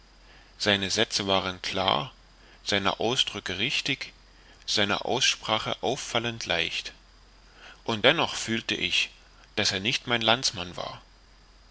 seine sätze waren klar seine ausdrücke richtig seine aussprache auffallend leicht und dennoch fühlte ich daß er nicht mein landsmann war